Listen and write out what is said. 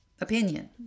opinion